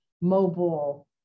mobile